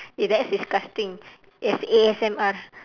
eh that is disgusting A S A_S_M_R